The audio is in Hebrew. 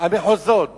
המחוזות.